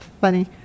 funny